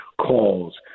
calls